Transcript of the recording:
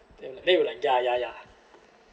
they were like they will like ya ya ya